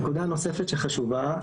נקודה נוספת שהיא חשובה,